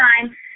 time